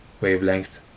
wavelength